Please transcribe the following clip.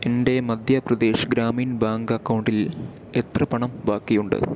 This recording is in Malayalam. എൻ്റെ മധ്യപ്രദേശ് ഗ്രാമീൺ ബാങ്ക് അക്കൗണ്ടിൽ എത്ര പണം ബാക്കിയുണ്ട്